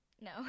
No